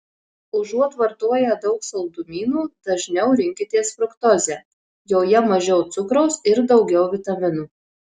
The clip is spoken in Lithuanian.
užuot vartoję daug saldumynų dažniau rinkitės fruktozę joje mažiau cukraus ir daugiau vitaminų